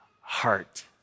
heart